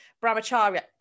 Brahmacharya